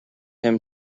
him